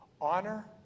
Honor